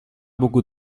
beaucoup